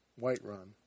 Whiterun